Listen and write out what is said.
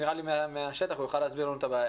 כי מהשטח הוא יוכל להסביר לנו את הבעיה.